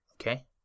Okay